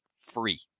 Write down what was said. free